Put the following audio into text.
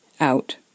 out